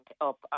up